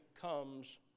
comes